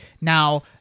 Now